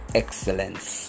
excellence